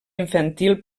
infantil